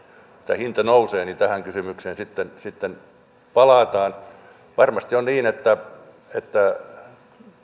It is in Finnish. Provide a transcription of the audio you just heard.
hinta nousee niin tähän kysymykseen sitten sitten palataan varmasti on niin että että